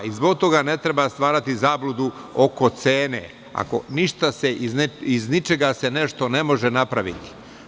Zbog toga ne treba stvarati zabludu oko cene, iz ničega se nešto ne može napraviti.